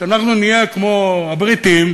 כשאנחנו נהיה כמו הבריטים,